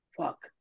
Fuck